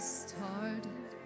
started